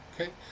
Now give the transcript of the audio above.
okay